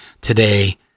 today